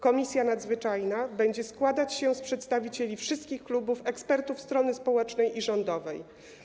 Komisja nadzwyczajna będzie składać się z przedstawicieli wszystkich klubów, ekspertów strony społecznej i rządowej.